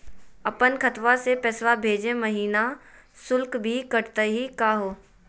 अपन खतवा से पैसवा भेजै महिना शुल्क भी कटतही का हो?